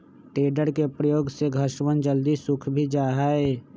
tedder के प्रयोग से घसवन जल्दी सूख भी जाहई